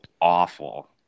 awful